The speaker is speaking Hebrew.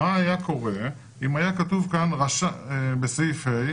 מה היה קורה אם היה כתוב כאן בסעיף (ה):